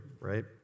right